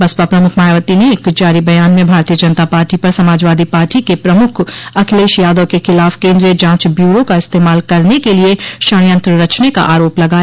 बसपा प्रमुख मायावती ने एक जारी बयान में भारतीय जनता पार्टी पर समाजवादी पार्टी के प्रमुख अखिलेश यादव के खिलाफ केन्द्रीय जांच ब्यूरो का इस्तेमाल करने के लिये षड्यंत्र रचने का आरोप लगाया